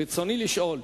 רצוני לשאול: